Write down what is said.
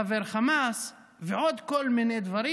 חבר חמאס ועוד כל מיני דברים,